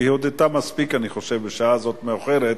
היא הודתה מספיק בשעה מאוחרת זו.